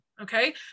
okay